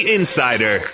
Insider